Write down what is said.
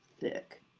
thick